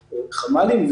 חמ"לים.